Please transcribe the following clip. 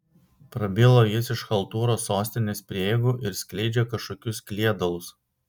prabilo jis iš chaltūros sostinės prieigų ir skleidžia kažkokius kliedalus